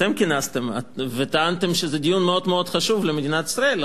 אתם כינסתם וטענתם שזה דיון מאוד-מאוד חשוב למדינת ישראל,